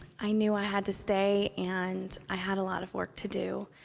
i knew i had to stay and i had a lot of work to do.